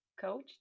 coach